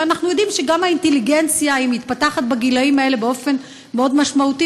ואנחנו יודעים שגם האינטליגנציה מתפתחת בגילים האלה באופן מאוד משמעותי,